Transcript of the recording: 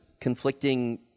conflicting